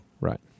right